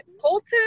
Colton